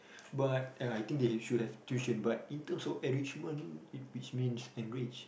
but ya I think they should have tuition but in terms of enrichment it which means enrich